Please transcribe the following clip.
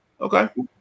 Okay